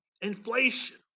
inflation